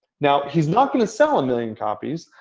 now, he's not going to sell a million copies.